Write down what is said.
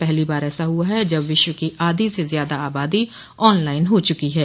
पहली बार ऐसा हुआ है जब विश्व की आधी से ज्यादा आबादी ऑनलाइन हो चुकी है